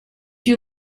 you